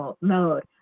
mode